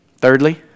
Thirdly